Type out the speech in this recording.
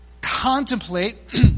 contemplate